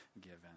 given